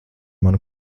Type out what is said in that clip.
manu